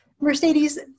Mercedes